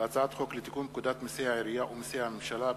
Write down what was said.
הצעת חוק לתיקון פקודת מסי העירייה ומסי הממשלה (פטורין)